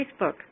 Facebook